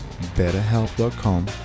betterhelp.com